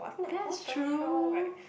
that's true